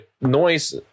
noise